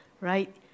Right